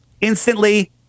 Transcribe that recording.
instantly